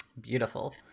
beautiful